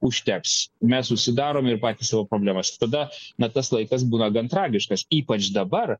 užteks mes užsidarom ir patys savo problemas tada na tas laikas būna gan tragiškas ypač dabar